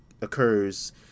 occurs